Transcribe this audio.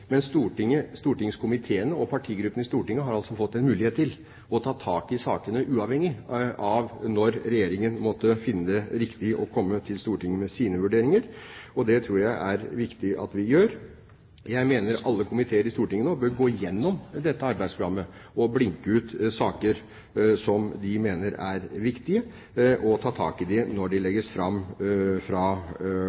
Men stortingskomiteene og partigruppene i Stortinget har altså fått en mulighet til å ta tak i sakene, uavhengig av når Regjeringen måtte finne det riktig å komme til Stortinget med sine vurderinger – noe jeg tror det er viktig at vi gjør. Jeg mener at alle komiteer i Stortinget nå bør gå igjennom dette arbeidsprogrammet og blinke ut saker som de mener er viktige, og ta tak i dem når de